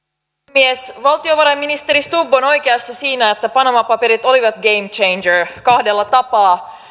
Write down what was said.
puhemies valtiovarainministeri stubb on oikeassa siinä että panama paperit olivat game changer kahdella tapaa